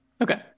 Okay